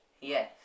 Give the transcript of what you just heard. yes